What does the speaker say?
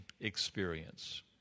experience